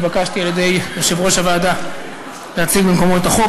נתבקשתי על-ידי יושב-ראש הוועדה להציג במקומו את החוק,